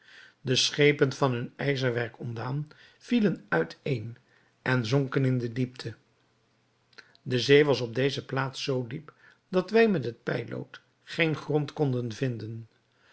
de schepen van hun ijzerwerk ontdaan vielen uiteen en zonken in de diepte de zee was op deze plaats zoo diep dat wij met het peillood geen grond konden vinden